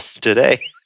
today